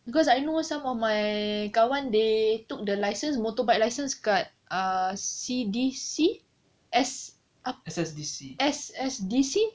because I know some of my kawan they took the license motorbike licence kat C_D_C_S ap~ S_S_D_C